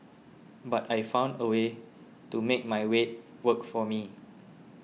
but I found a way to make my weight work for me